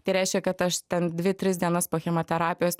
tai reiškia kad aš ten dvi tris dienas po chemoterapijos